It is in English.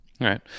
right